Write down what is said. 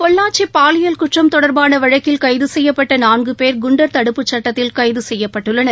பொள்ளாச்சி பாலியல் குற்றம் தொடர்பான வழக்கில் கைது செய்யப்பட்ட நான்கு பேர் குண்டர் தடுப்புச் சட்டத்தில் கைது செய்யப்பட்டுள்ளனர்